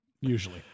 usually